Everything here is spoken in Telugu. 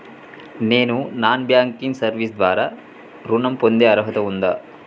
నేను నాన్ బ్యాంకింగ్ సర్వీస్ ద్వారా ఋణం పొందే అర్హత ఉందా?